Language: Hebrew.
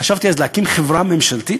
חשבתי אז להקים חברה ממשלתית,